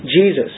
Jesus